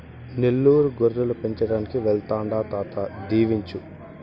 నెల్లూరు గొర్రెలు పెంచడానికి వెళ్తాండా తాత దీవించు